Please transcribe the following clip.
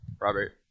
Robert